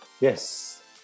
yes